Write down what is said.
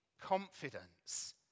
confidence